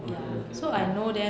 okay okay okay